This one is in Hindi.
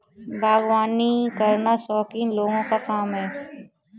बागवानी करना शौकीन लोगों का काम है